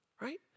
right